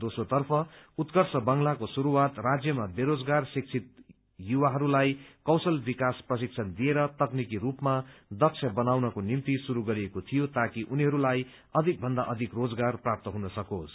दोम्रोतर्फ उत्कर्ष बंगलाको शुरूआत राज्य बेरोजगार शिक्षित युवाहस्लाई कौशल विकास प्रशिक्षण दिएर तकनिकी रूपमा दक्ष बनाउनको निम्ति शुरू गरिएको थियो ताकि उनीहरूलाई अधिकभन्दा अधिक रोजगार प्राप्त हुन सकोस्